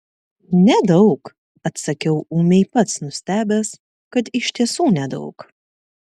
nedaug atsakiau ūmiai pats nustebęs kad iš tiesų nedaug